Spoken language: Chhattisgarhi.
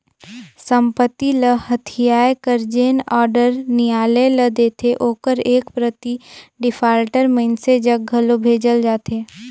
संपत्ति ल हथियाए कर जेन आडर नियालय ल देथे ओकर एक प्रति डिफाल्टर मइनसे जग घलो भेजल जाथे